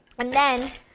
and then,